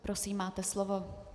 Prosím, máte slovo.